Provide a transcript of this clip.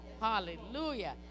Hallelujah